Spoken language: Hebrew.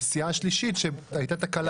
וסיעה שלישית שהיתה תקלה טכנית.